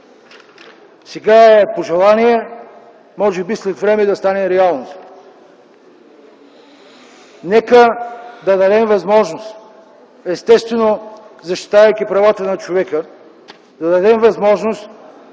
сега е пожелание, може би след време да стане реалност – нека да дадем възможност, естествено защитавайки правата на човека, и на комисията,